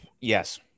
Yes